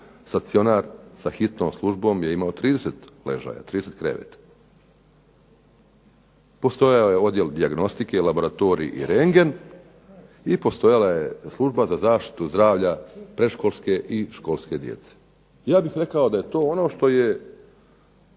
stacionar sa hitnom službom je imao 30 ležaja, 30 kreveta. Postojao je odjel dijagnostike, laboratorij i rendgen, i postojala je služba za zaštitu zdravlja predškolske i školske djece. Ja bih rekao da je to ono što je